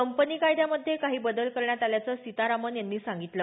company कायद्यामध्ये काही बदल करण्यात आल्याचं सीतारामन यांनी सांगितलं